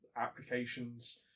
applications